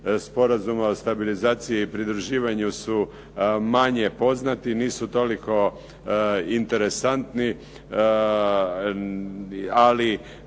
Sporazuma o stabilizaciji i pridruživanju su manje poznati, nisu toliko interesantni ali